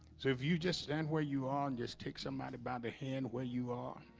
so if you just stand where you are and just take somebody by the hand where you are